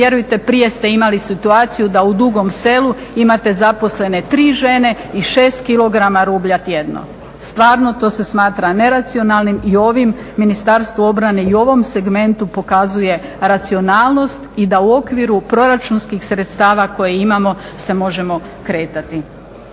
vjerujte prije ste imali situaciju da u Dugom Selu imate zaposlene tri žene i šest kilograma rublja tjedno. Stvarno to se smatra neracionalnim i ovim Ministarstvo obrane i u ovom segmentu pokazuje racionalnost i da u okviru proračunskih sredstava koje imamo se možemo kretati.